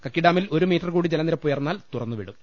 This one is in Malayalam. കക്കി ഡാമിൽ ഒരു മീറ്റർ കൂടി ജലനിരപ്പ് ഉയർന്നാൽ തുറന്നുവിടും